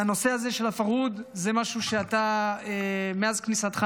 הנושא של הזה של הפרהוד זה משהו שמאז כניסתך,